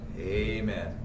Amen